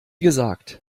gesagt